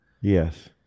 Yes